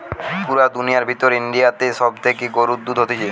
পুরা দুনিয়ার ভিতর ইন্ডিয়াতে সব থেকে গরুর দুধ হতিছে